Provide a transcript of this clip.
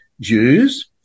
Jews